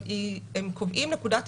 אם אנחנו נעלה,